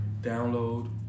Download